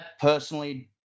personally